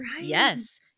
Yes